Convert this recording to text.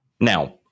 Now